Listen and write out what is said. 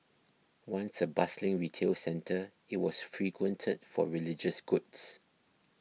once a bustling retail centre it was frequented for religious goods